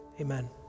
amen